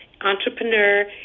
entrepreneur